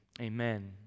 amen